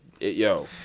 yo